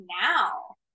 now